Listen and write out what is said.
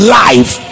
life